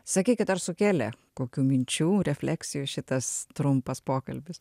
sakykit ar sukėlė kokių minčių refleksijų šitas trumpas pokalbis